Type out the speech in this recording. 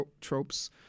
tropes